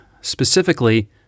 specifically